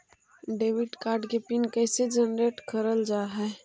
Debit card के PIN कैसे generate करल जाहै?